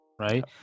right